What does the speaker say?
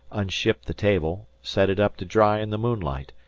unshipped the table, set it up to dry in the moonlight,